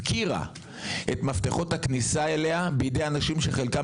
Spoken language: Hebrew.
הפקירה את מפתחות הכניסה אליה בידי אנשים שחלקם